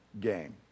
game